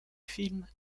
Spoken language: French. film